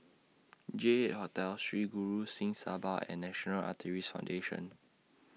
J eight Hotel Sri Guru Singh Sabha and National Art raise Foundation